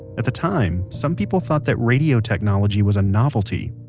at the time, some people thought that radio technology was a novelty.